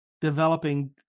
developing